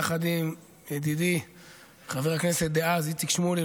יחד עם ידידי חבר הכנסת דאז איציק שמולי,